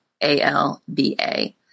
A-L-B-A